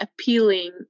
appealing